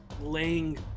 laying